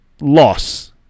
loss